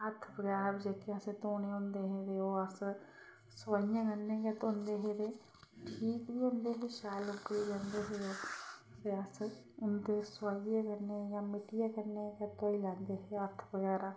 हत्थ बगैरा जेहके अस धोने होंदे हे ते ओह् अस सोआइयैं कन्नै गै धोंदे होंदे हे ठीक बी होंदे हे शैल उगली जंदे हे ओह् ते अस उंदे सोआइये कन्नै गै मिट्टियै कन्नै गै धोई लैंदे हे हत्थ बगैरा